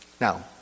Now